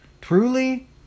Truly